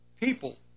people